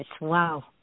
Wow